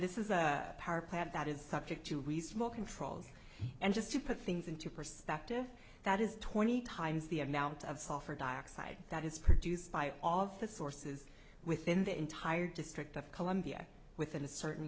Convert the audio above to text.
this is a power plant that is subject to we smoke controls and just to put things into perspective that is twenty times the amount of sulfur dioxide that is produced by all of the sources within the entire district of columbia within a certain